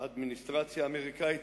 האדמיניסטרציה האמריקנית,